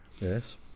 Yes